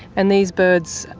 and these birds,